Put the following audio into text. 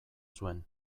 zuen